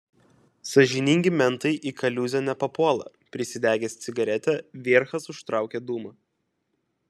sąžiningi mentai į kaliūzę nepapuola prisidegęs cigaretę vierchas užtraukė dūmą